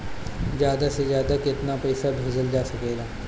ज्यादा से ज्यादा केताना पैसा भेजल जा सकल जाला?